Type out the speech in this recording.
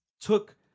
took